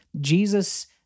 Jesus